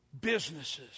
businesses